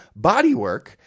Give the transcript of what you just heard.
Bodywork